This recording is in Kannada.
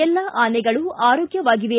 ಎಲ್ಲಾ ಆನೆಗಳು ಆರೋಗ್ಯವಾಗಿವೆ